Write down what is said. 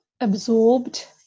absorbed